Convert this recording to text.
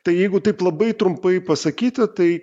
tai jeigu taip labai trumpai pasakyti tai